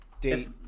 date